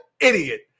idiot